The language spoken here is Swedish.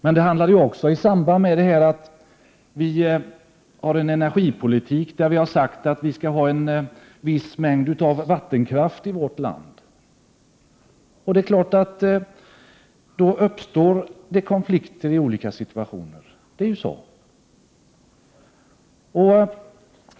Men det handlade också om energipolitik. Vi har sagt att vi skall ha en viss mängd vattenkraft i vårt land. Det är klart att det då uppstår konflikter i olika situationer.